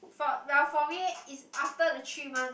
for well for me is after the three month